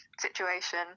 situation